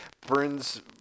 Burns